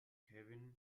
kevin